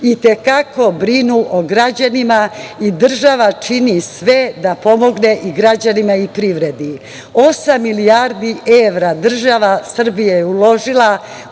i te kako brinu o građanima i država čini sve da pomogne i građanima i privredi. Osam milijardi evra država Srbija je uložila